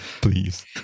Please